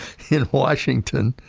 in washington,